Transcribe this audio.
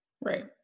Right